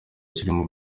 kirimwo